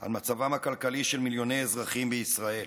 על מצבם הכלכלי של מיליוני אזרחים בישראל.